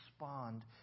respond